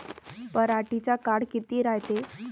पराटीचा काळ किती रायते?